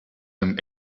him